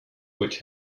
which